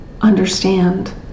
understand